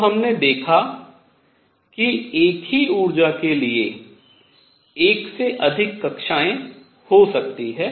तो हमने देखा कि एक ही ऊर्जा के लिए एक से अधिक कक्षाएँ हो सकती हैं